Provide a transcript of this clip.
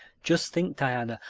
just think, diana,